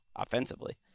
Offensively